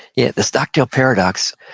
yeah, the stockdale paradox,